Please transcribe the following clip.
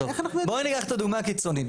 בואו ניקח את הדוגמה הקיצונית,